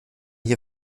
hier